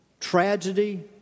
tragedy